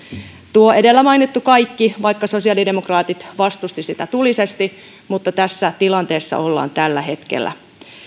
tuo edellä mainittu kaikki vaikka sosiaalidemokraatit vastustivat sitä tulisesti mutta tässä tilanteessa ollaan tällä hetkellä